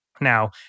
Now